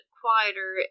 quieter